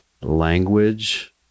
language